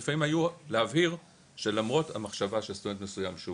ולפעמים היו להבהיר שלמרות המחשבה של סטודנט מסוים שהוא